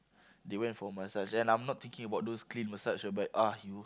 they went for a massage and I'm not thinking about those clean massage !ugh! you